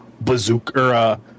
bazooka